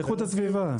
איכות הסביבה.